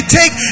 take